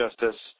justice